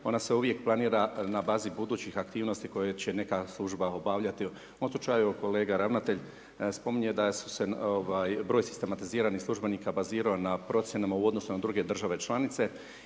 ona se uvijek planira na bazi budućih aktivnosti koje će neka služba obavljati, u ovom slučaju kolega ravnatelj spominje da su se, ovaj da se broj sistematiziranih službenika bazirao na procjenama u odnosu na druge države članice